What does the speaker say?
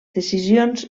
decisions